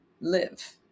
live